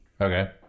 Okay